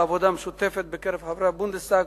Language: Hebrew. על העבודה המשותפת בקרב חברי הבונדסטאג.